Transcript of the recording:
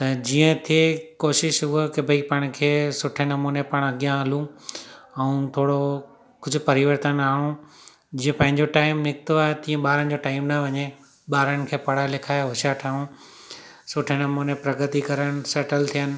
त जीअं थिए कोशिश उहा की भई पाण खे सुठे नमूने पाण अॻियां हलूं ऐं थोरो कुझु परिवर्तन आणूं जीअं पंहिंजो टाइम निकितो आहे तीअं ॿारनि जो टाइम न वञे ॿारनि खे पढ़ाए लिखाए होश्यारु ठाहियूं सुठे नमूने प्रगति करनि सेटल थियनि